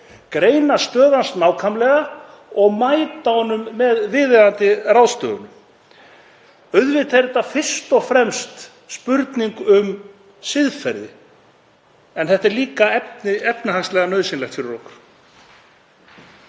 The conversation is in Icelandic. greina stöðu hans nákvæmlega og mæta honum með viðeigandi ráðstöfunum. Auðvitað er þetta fyrst og fremst spurning um siðferði en þetta er líka efnahagslega nauðsynlegt fyrir okkur.